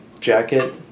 jacket